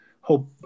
hope